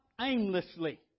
aimlessly